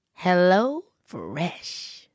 HelloFresh